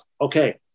Okay